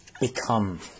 become